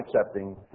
accepting